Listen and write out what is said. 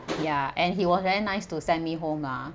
ya and he was very nice to send me home ah